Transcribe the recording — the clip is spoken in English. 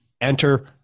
enter